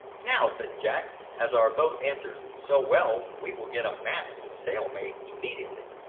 now, said jack, as our boat answers so well we will get a mast and sail made immediately.